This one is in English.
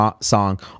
song